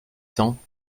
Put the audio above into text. cents